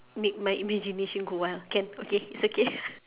make my imagination go wild can okay it's okay